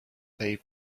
they